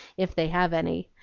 if they have any.